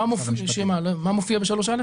מה מופיע ב-3א?